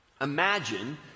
Imagine